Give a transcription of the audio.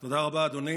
תודה רבה, אדוני.